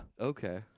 Okay